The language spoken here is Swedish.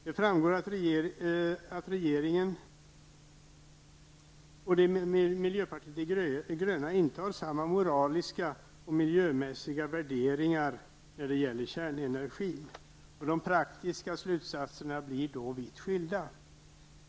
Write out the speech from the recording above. Det framgår att regeringen och miljöpartiet de gröna inte har samma moraliska och miljömässiga värderingar när det gäller kärnenergin. De praktiska slutsatserna blir då vitt skilda.